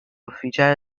ufficiale